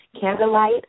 candlelight